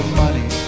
money